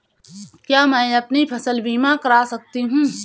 क्या मैं अपनी फसल बीमा करा सकती हूँ?